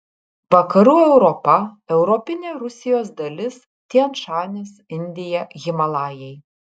vakarų europa europinė rusijos dalis tian šanis indija himalajai